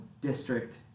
district